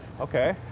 Okay